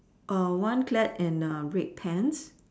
err one plaid in a red pants